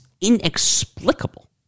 inexplicable